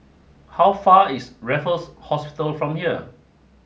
how far is Raffles Hospital from here